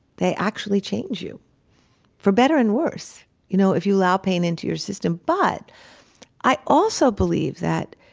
they actually change you for better and worse you know if you allow pain into your system but i also believe that,